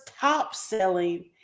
top-selling